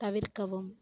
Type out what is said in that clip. தவிர்க்கவும்